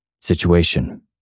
situation